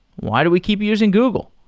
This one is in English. why do we keep using google?